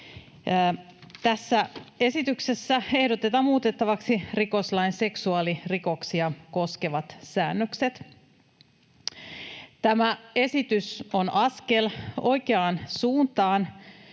Tässä esityksessä ehdotetaan muutettavaksi rikoslain seksuaalirikoksia koskevat säännökset. Tämä esitys on askel oikeaan suuntaan